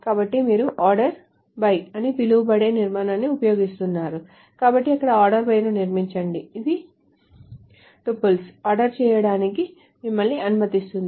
కాబట్టి మీరు ORDER BY అని పిలవబడే నిర్మాణాన్ని ఉపయోగిస్తున్నారు కాబట్టి అక్కడ ORDER BY ను నిర్మించండి అది టూపుల్స్ ఆర్డర్ చేయడానికి మిమ్మల్ని అనుమతిస్తుంది